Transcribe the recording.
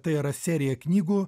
tai yra serija knygų